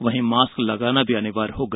वहीं मास्क लगाना अनिवार्य होगा